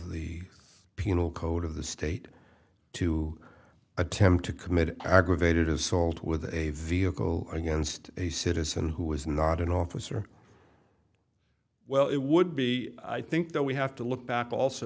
the penal code of the state to attempt to commit aggravated assault with a vehicle against a citizen who was not an officer well it would be i think that we have to look